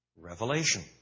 revelation